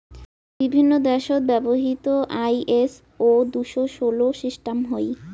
বিভিন্ন দ্যাশত ব্যবহৃত আই.এস.ও দুশো ষোল সিস্টাম হই